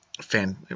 fan